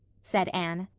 said anne.